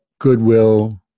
Goodwill